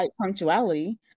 punctuality